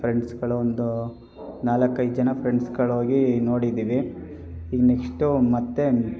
ಫ್ರೆಂಡ್ಸ್ಗಳು ಒಂದು ನಾಲ್ಕು ಐದು ಜನ ಫ್ರೆಂಡ್ಸ್ಗಳು ಹೋಗಿ ನೋಡಿದ್ದೀವಿ ಈಗ ನೆಕ್ಷ್ಟು ಮತ್ತು